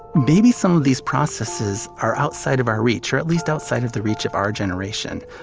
maybe some of these processes are outside of our reach, or at least outside of the reach of our generation.